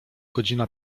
godzina